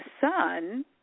Son